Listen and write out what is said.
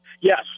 Yes